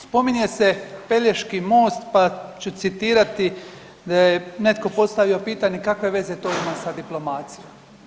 Spominje se Pelješki most pa ću citirati da je netko postavio pitanje kakve veze to ima sa diplomacijom.